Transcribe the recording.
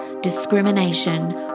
discrimination